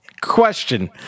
Question